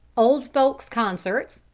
old folk's concerts,